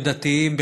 בדתיים,